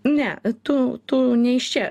ne tu tu ne iš čia